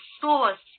source